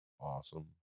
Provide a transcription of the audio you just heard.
awesome